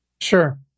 Sure